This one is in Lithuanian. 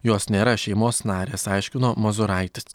jos nėra šeimos narės aiškino mozuraitis